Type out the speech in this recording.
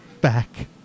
back